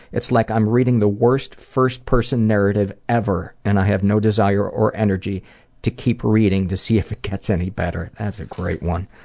it's like i'm reading the worst first-person narrative ever, and i have no desire or energy to keep reading to see if it gets any better. that's a great one.